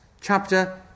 chapter